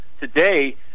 Today